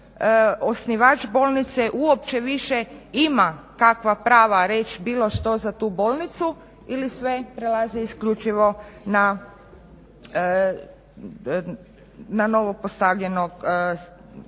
osnivač bolnice uopće ima kakva prava reći bilo što za tu bolnicu ili sve prelazi isključivo na novo postavljenog nije